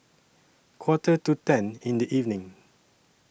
Quarter to ten in The evening